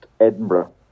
Edinburgh